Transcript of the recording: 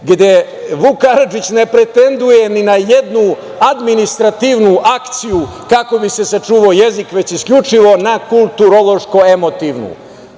gde Vuk Karadžić ne pretenduje ni na jednu administrativnu akciju kako bi se sačuvao jezik, već isključivo na kulturološko emotivnu.